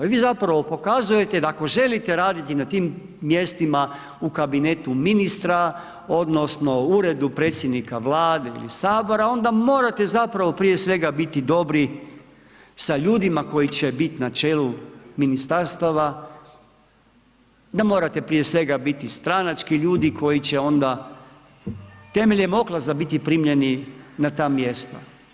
Vi zapravo pokazujete da ako želite raditi na tim mjestima u kabinetu ministra, odnosno u Uredu predsjednika Vlade ili Sabora, onda morate zapravo prije svega biti dobri sa ljudima koji će biti na čelu ministarstava, da morate prije svega biti stranački ljudi koji će onda temeljem ... biti primljeni na ta mjesta.